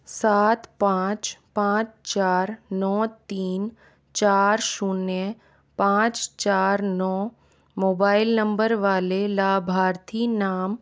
सात पाँच पाँच चार नौ तीन चार शून्य पाँच चार नौ मोबाइल नंबर वाले लाभार्थी नाम